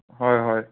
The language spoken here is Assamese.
হয় হয়